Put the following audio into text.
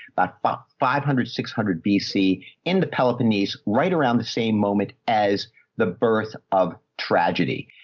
about but five hundred, six hundred bc in the peloponnese right around the same moment as the birth of. tragedy.